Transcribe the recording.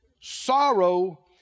Sorrow